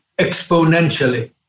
exponentially